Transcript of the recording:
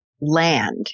land